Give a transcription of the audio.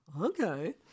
okay